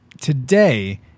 Today